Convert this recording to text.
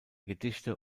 gedichte